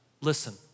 listen